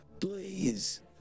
Please